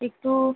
একটু